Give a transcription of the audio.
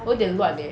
我有点乱 leh